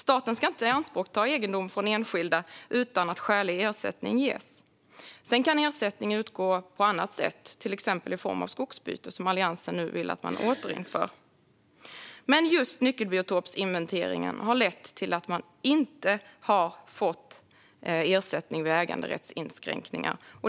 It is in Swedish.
Staten ska inte ianspråkta egendom från enskilda utan att skälig ersättning ges. Sedan kan ersättning utgå på annat sätt - till exempel i form av skogsbyte, som Alliansen nu vill att man återinför - men just nyckelbiotopsinventeringen har lett till att människor inte har fått ersättning vid äganderättsinskränkningar.